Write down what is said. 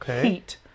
heat